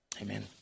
Amen